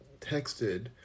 texted